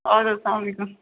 اَدٕ حظ سلام علیکُم